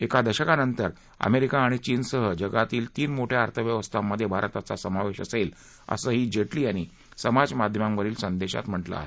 एका दशकानंतर अमेरिका आणि चीनसह ज ातील तीन मोठ्या अर्थव्यवस्थांमध्ये भारताचा समावेश असेल असंही जेटली यांनी समाज माध्यमावरील संदेशात म्हटलं आहे